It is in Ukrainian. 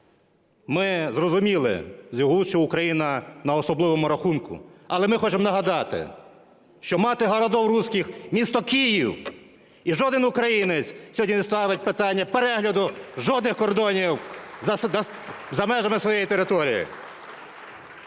з його уст, що Україна на особливому рахунку. Але ми хочемо нагадати, що мати городов руських – місто Київ. І жоден українець сьогодні не ставить питання перегляду жодних кордонів за межами своєї території.